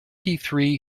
three